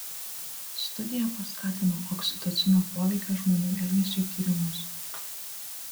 studija paskatino oksitocino poveikio žmonių elgesiui tyrimus